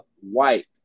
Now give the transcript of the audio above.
White